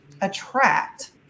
attract